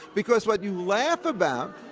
because what you laugh about,